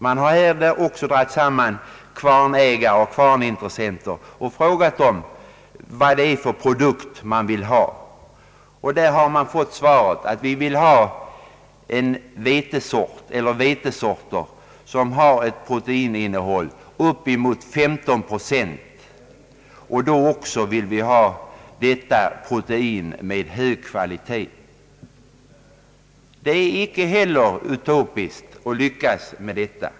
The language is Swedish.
Man har samlat kvarnägare och kvarnintressenter och frågat dem vad det är för produkt de vill ha. Svaret är vetesorter som har ett proteininnehåll på uppemot 15 procent. De vill också ha hög kvalitet på detta protein. Detta är heller ingen utopi.